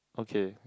okay